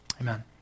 amen